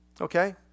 Okay